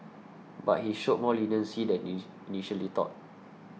but he showed more leniency than initially thought